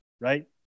right